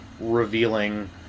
revealing